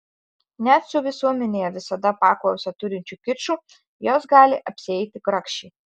net su visuomenėje visada paklausą turinčiu kiču jos gali apsieiti grakščiai